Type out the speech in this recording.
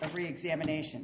every examination